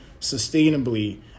sustainably